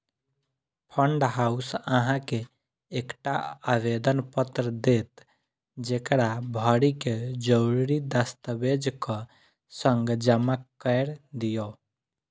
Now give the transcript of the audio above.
fund house अहां के एकटा आवेदन पत्र देत, जेकरा भरि कें जरूरी दस्तावेजक संग जमा कैर दियौ